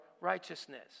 righteousness